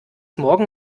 morgen